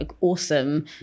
awesome